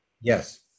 Yes